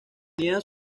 tenía